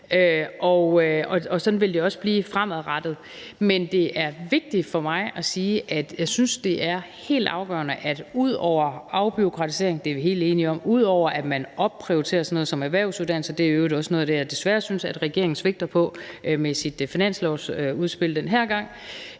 og sådan vil det også blive fremadrettet. Men det er vigtigt for mig at sige, at jeg synes, det er helt afgørende, ud over afbureaukratisering – det er vi helt enige om – og ud over at man opprioriterer sådan noget som erhvervsuddannelser, hvilket i øvrigt også er noget af det, som jeg desværre synes regeringen svigter med sit finanslovsudspil den her gang,